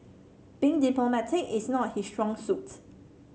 being diplomatic is not his strong suit